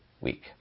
week